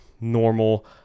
normal